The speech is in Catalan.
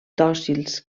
dòcils